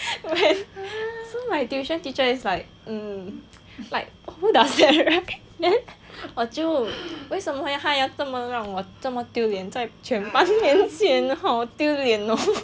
so my tuition teacher is like mm like who does that right then 我就为什么他要怎么让我这么丢脸在全班面前好丢脸